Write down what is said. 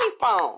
phone